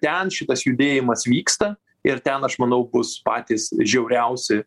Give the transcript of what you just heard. ten šitas judėjimas vyksta ir ten aš manau bus patys žiauriausi